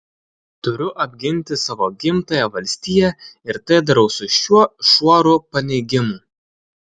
turiu apginti savo gimtąją valstiją ir tai darau su šiuo šuoru paneigimų